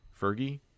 Fergie